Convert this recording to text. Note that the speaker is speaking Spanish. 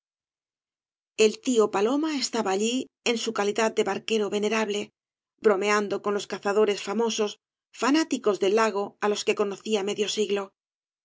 el tío paloma estaba allí en su calidad de barquero venerable bromeando con los cazadores famosos fanáticos del lago á los que conocía medio siglo